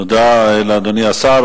תודה לאדוני השר.